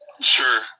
Sure